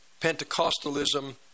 Pentecostalism